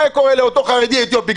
מה היה קורה לאותו חרדי אתיופי?